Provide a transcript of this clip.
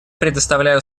предоставляю